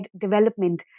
development